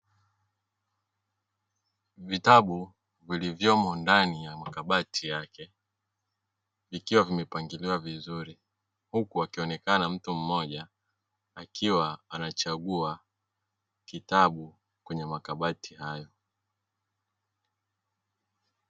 Vitabu vilivyomo ndani ya makabati yake vikiwa vimepangiliwa vizuri, huku akionekana mtu mmoja akiwa anachagua kitabu kwenye makabati hayo.